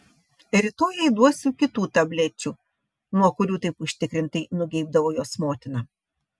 rytoj jai duosiu kitų tablečių nuo kurių taip užtikrintai nugeibdavo jos motina